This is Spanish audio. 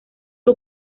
que